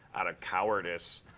out of cowardice,